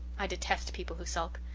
i detest people who sulk.